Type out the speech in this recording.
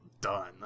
done